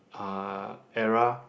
uh era